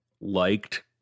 liked